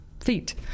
feet